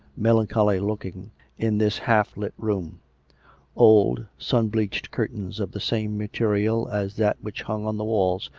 melancholy-looking in this half-lit room old, sun bleached curtains of the same material as that which imng on the walls,